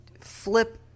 flip